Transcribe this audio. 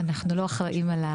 אנחנו לא אחראים.